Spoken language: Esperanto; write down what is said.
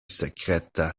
sekreta